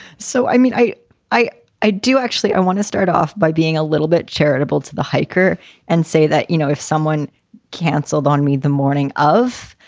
so, i mean, i i i do actually i want to start off by being a little bit charitable to the hiker and say that, you know, if someone canceled on me the morning of,